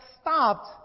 stopped